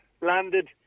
landed